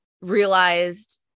realized